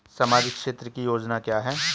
सामाजिक क्षेत्र की योजना क्या है?